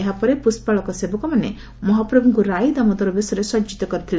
ଏହା ପରେ ପୁଷ୍ଟାଳକ ସେବକମାନେ ମହାପ୍ରଭୁଙ୍କୁ ରାଇଦାମୋଦର ବେଶରେ ସଜିତ କରିଥିଲେ